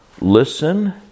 listen